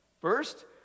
First